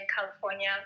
California